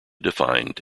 defined